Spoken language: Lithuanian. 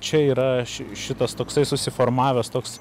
čia yra ši šitas toksai susiformavęs toks